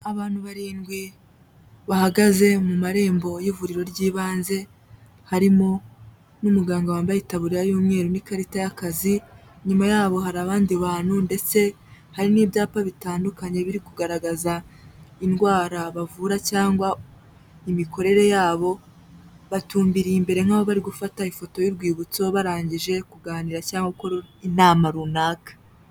Abantu barindwi bahagaze mu marembo y'ivuriro ry'ibanze, harimo n'umuganga wambaye itaburiya y'umweru n'ikarita y'akazi, inyuma yabo hari abandi bantu, ndetse hari n'ibyapa bitandukanye biri kugaragaza indwara bavura, cyangwa imikorere yabo, batumbiriye imbere nk'aho bari gufata ifoto y'urwibutso, barangije kuganira cyangwa gukora inama runaka.